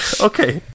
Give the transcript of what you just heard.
Okay